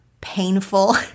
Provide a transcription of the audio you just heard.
painful